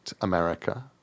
America